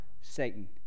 Satan